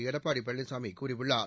எடப்பாடி பழனிசாமி கூறியுள்ளார்